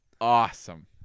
awesome